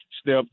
Step